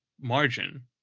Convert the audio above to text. margin